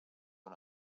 una